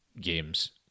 games